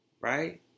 right